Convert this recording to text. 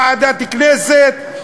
ועדת הכנסת,